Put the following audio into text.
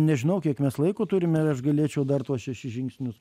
nežinau kiek mes laiko turime ir aš galėčiau dar tuos šešis žingsnius